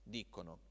dicono